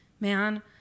man